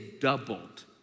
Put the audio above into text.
doubled